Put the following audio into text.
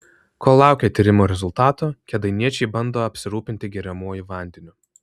kol laukia tyrimo rezultatų kėdainiečiai bando apsirūpinti geriamuoju vandeniu